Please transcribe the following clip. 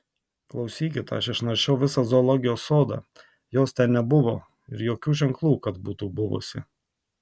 klausykit aš išnaršiau visą zoologijos sodą jos ten nebuvo ir jokių ženklų kad būtų buvusi